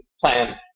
plan